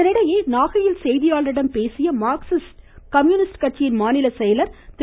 இதனிடையே நாகையில் செய்தியாளர்களிடம் பேசிய மார்க்சிஸ்ட் கம்யூனிஸ்ட் கட்சியின் மாநிலச் செயலர் திரு